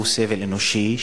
הוא סבל אנושי.